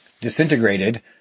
disintegrated